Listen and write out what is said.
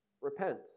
Repent